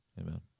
Amen